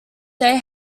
they